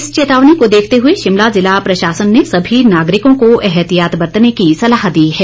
इस चेतावनी को देखते हुए शिमला ज़िला प्रशासन ने सभी नागरिकों को एहतियात बरतने की सलाह दी है